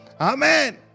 Amen